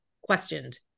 questioned